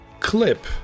clip